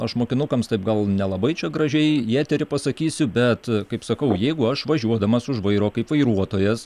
aš mokinukams taip gal nelabai čia gražiai į eterį pasakysiu bet kaip sakau jeigu aš važiuodamas už vairo kaip vairuotojas